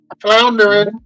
floundering